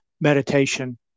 meditation